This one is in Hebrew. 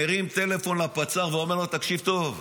מרים טלפון לפצ"ר ואומר לו: תקשיב טוב,